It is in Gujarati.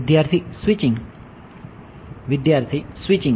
વિદ્યાર્થી સ્વિચિંગ વિદ્યાર્થી સ્વિચિંગ